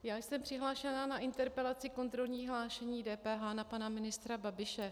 Já jsem přihlášena k interpelaci kontrolní hlášení DPH na pana ministra Babiše.